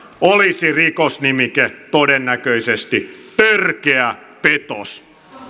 olisi rikosnimike todennäköisesti törkeä petos